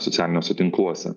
socialiniuose tinkluose